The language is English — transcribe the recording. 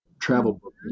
travel